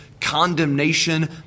condemnation